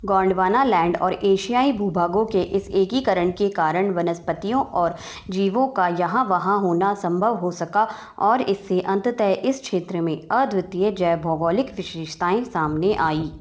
Gondwanaland और एशियाई भू भागों के इस एकीकरण के कारण वनस्पतियों और जीवों का यहाँ वहाँ होना संभव हो सका और इससे अंततः इस क्षेत्र में अद्वितीय जैव भौगोलिक विशेषताएँ सामने आईं